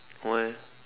why eh